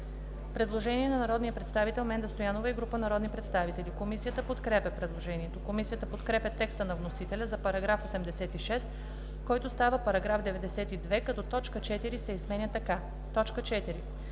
предложение на народния представител Менда Стоянова и група народни представители. Комисията подкрепя предложението. Комисията подкрепя текста на вносителя за § 86, който става § 92, като т. 4 се изменя така: „4.